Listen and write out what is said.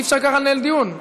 אי-אפשר ככה לנהל דיון.